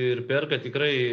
ir perka tikrai